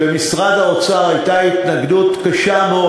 במשרד האוצר הייתה התנגדות קשה מאוד